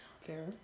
Fair